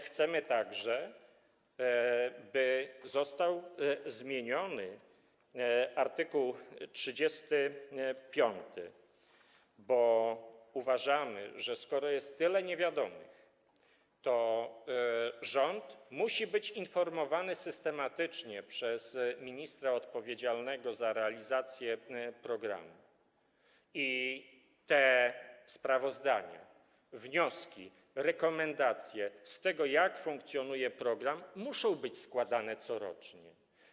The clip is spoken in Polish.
Chcemy także, by został zmieniony art. 35, bo uważamy, że skoro jest tyle niewiadomych, to rząd musi być informowany systematycznie przez ministra odpowiedzialnego za realizację programu i te sprawozdania, wnioski, rekomendacje dotyczące tego, jak funkcjonuje program, muszą być składane corocznie.